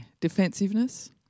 Defensiveness